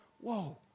whoa